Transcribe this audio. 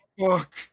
Fuck